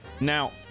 Now